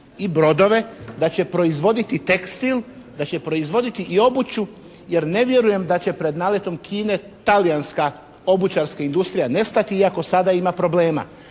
i brodove, da će proizvoditi tekstil, da će proizvoditi i obuću. Jer ne vjerujem da će pred naletom Kine talijanska obućarska industrija nestati iako sada ima problema.